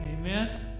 Amen